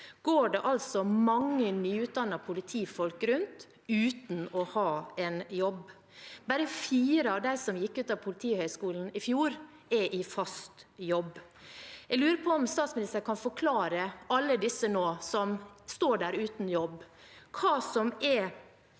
går det mange nyutdannede politifolk rundt uten å ha en jobb. Bare fire av dem som gikk ut av Politihøgskolen i fjor, er i fast jobb. Jeg lurer på om statsministeren kan forklare alle disse som nå står der uten jobb, hva som er